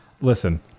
Listen